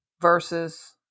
versus